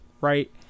Right